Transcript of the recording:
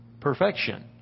Perfection